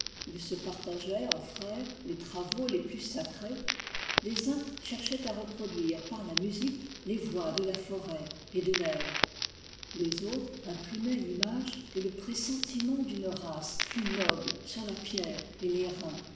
ils se partageaient en frères les travaux les plus sacrés les uns cherchaient à reproduire par la musique les voix de la forêt et de l'air les autres imprimaient l'image et le pressentiment d'une race plus noble sur la pierre et l'airain changeaient les rochers